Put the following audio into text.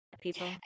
people